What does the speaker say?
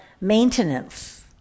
maintenance